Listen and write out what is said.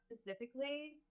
specifically